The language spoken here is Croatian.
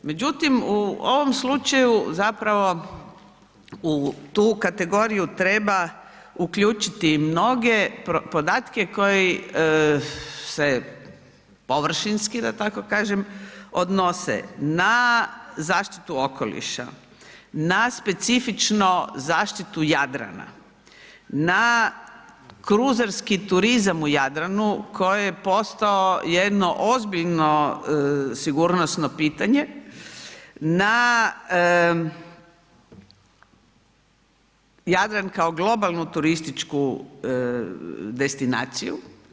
Međutim, u ovom slučaju zapravo u tu kategoriju treba uključiti mnoge podatke koji se površinski da tako kažem odnose na zaštitu okoliša, na specifično zaštitu Jadrana, na kruzerski turizam u Jadranu koji je postao jedno ozbiljno sigurnosno pitanje, na Jadran kao globalnu turističku destinaciju.